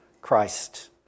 Christ